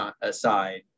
aside